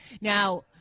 Now